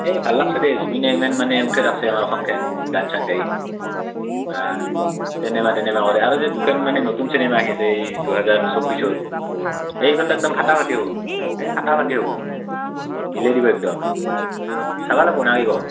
সেই ভাল লাগিছে দে জুবিনে ইমান মানে উঠাই ৰাখিছে আমাৰ অসমখন গান চান গাই বা চিনেমা তিনেমা কৰে আৰু যে দুখন নতুন চিনেমা আহি আছে এই দুহেজাৰ চৌব্বিছত সেই দুখনতো একদম ফাটাফাটি হ'ব সেই ফাটাফাটি হ'ব হিলেই দিব একদম চাব লাগিব ন কি ক